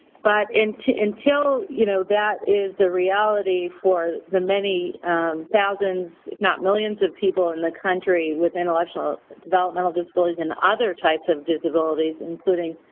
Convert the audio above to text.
but until, you know that is the reality for the many thousands if not millions of people in the country with intellectual developmental disabilities and other types of disabilities including